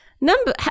Number